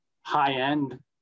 high-end